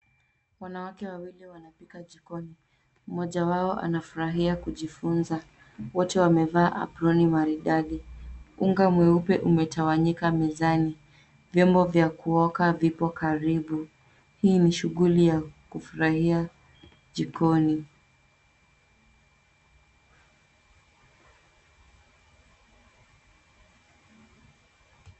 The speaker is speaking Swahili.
Wanawake wawili wanapika jikoni. Mmoja wao anafurahia kujifunza .Wote wamevaa aproni maridadi. Unga mweupe umetawanyika mezani. Vyombo vya kuoka vipo karibu. Hii ni shughuli ya kufurahia jikoni.